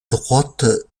droite